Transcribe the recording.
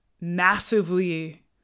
massively